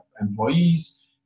employees